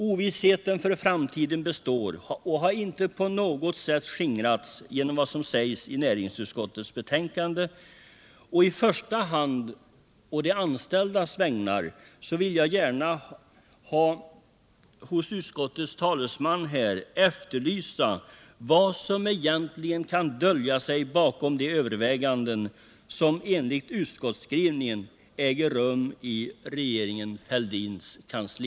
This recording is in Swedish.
Ovissheten för framtiden består och har inte på något sätt skingrats genom vad som sägs i näringsutskottets betänkande, och i första hand vill jag på de anställdas vägnar hos utskottets talesman efterlysa vad som egentligen kan dölja sig bakom de överväganden som enligt utskottsskrivningen äger rum i regeringen Fälldins kansli.